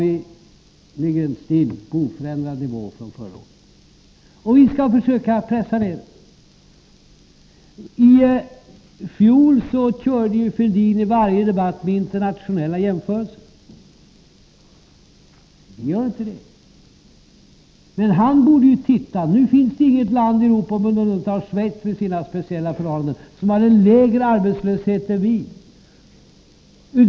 Nu ligger arbetslösheten still på en oförändrad nivå jämfört med förra året, och vi skall försöka pressa ned den. I fjol framhärdade Thorbjörn Fälldin i varje debatt med internationella jämförelser. Vi gör inte det. Men han borde göra det nu, för nu finns det inget land i Europa, med undantag av Schweiz med sina speciella förhållanden, som har en lägre arbetslöshet än vi.